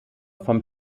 vom